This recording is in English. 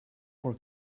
for